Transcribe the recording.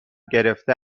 گرفته